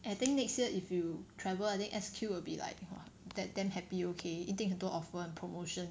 I think next year if you travel I think S_Q will be like !wah! damn damn happy okay 一定很多 offer 很多 promotion